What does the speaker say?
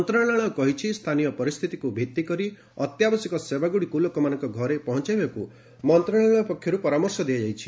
ମନ୍ତ୍ରଣାଳୟ କହିଛି ସ୍ଥାନୀୟ ପରିସ୍ଥିତିକୁ ଭିତ୍ତି କରି ଅତ୍ୟାବଶ୍ୟକ ସେବାଗୁଡ଼ିକୁ ଲୋକମାନଙ୍କ ଘରେ ପହଞ୍ଚାଇବାକୁ ମନ୍ତ୍ରଣାଳୟ ପକ୍ଷର୍ ପରାମର୍ଶ ଦିଆଯାଇଛି